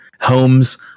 homes